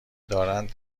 دارند